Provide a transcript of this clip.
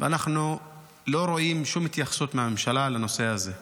ואנחנו לא רואים שום התייחסות מהממשלה לנושא הזה.